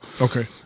Okay